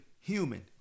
human